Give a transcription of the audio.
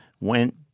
went